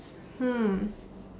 hmm